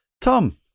Tom